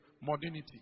modernity